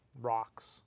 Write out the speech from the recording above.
rocks